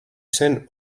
zen